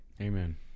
amen